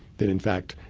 that in fact,